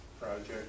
project